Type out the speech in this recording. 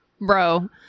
bro